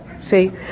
See